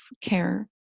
care